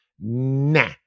nah